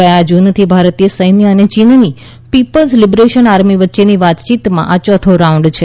ગયા જૂનથી ભારતીય સૈન્ય અને ચીનની પીપલ્સ લિબરેશન આર્મી વચ્ચેની વાતચીતમાં આ ચોથો રાઉન્ડ છે